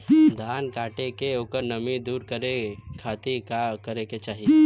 धान कांटेके ओकर नमी दूर करे खाती का करे के चाही?